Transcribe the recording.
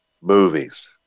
movies